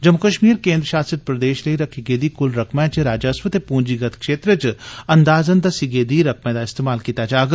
जम्मू कश्मीर केन्द्र शासित प्रदेश लेई रखी गेदी कुल रकमै च राजस्व ते पूंजीगत क्षेत्र च अंदाजन दस्सी गेदी रकमै दा इस्तूमाल कीता जाई सकोग